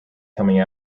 coming